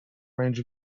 range